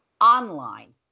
online